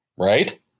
Right